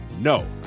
no